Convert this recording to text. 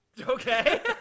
Okay